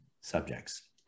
subjects